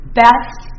best